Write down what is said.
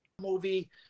Movie